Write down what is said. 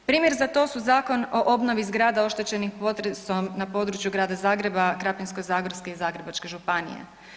Primjer za to su Zakon o obnovi zgrada oštećenih potresom na području Grada Zagreba, Krapinsko-zagorske i Zagrebačke županije.